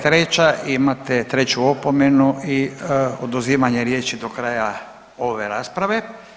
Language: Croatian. treća i imate treću opomenu i oduzimanje riječi do kraja ove rasprave.